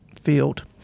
field